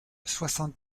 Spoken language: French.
soixante